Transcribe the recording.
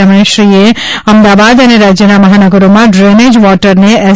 તેમણે શ્રીએ અમદાવાદ અને રાજ્યના મહાનગરોમાં ડ્રેનેજ વોટરને એસ